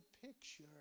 picture